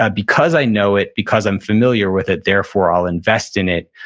ah because i know it, because i'm familiar with it, therefore, i'll invest in it,